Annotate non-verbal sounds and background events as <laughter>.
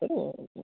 <unintelligible>